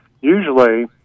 usually